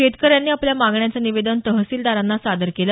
शेतकऱ्यांनी आपल्या मागण्यांचं निवेदन तहसीलदारांना सादर केलं